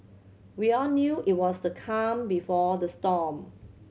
we all knew it was the calm before the storm